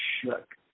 shook